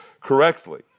correctly